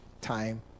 time